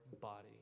body